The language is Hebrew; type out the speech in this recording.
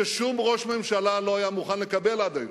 ששום ראש ממשלה לא היה מוכן לקבל עד היום.